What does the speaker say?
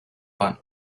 pan